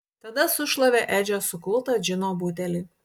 tada sušlavė edžio sukultą džino butelį